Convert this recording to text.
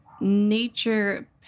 Nature